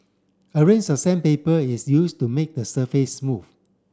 a range of sandpaper is used to make the surface smooth